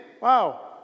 Wow